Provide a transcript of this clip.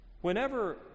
Whenever